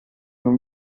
non